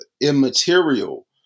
immaterial